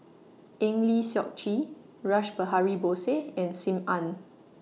Eng Lee Seok Chee Rash Behari Bose and SIM Ann